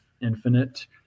infinite